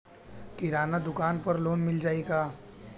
किराना दुकान पर लोन मिल जाई का?